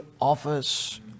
office